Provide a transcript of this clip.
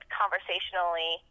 conversationally